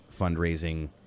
fundraising